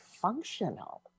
functional